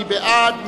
מי בעד?